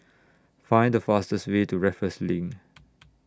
Find The fastest Way to Raffles LINK